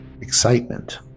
excitement